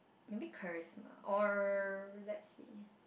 maybe charisma or let's see